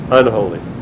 unholy